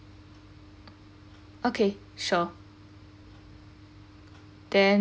okay sure then